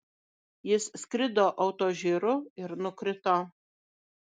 jis skrido autožyru ir nukrito